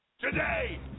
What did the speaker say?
Today